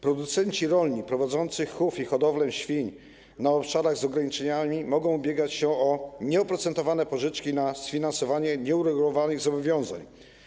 Producenci rolni prowadzący chów i hodowlę świń na obszarach z ograniczeniami mogą ubiegać się o nieoprocentowane pożyczki na sfinansowanie nieuregulowanych zobowiązań.